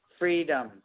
freedom